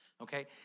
Okay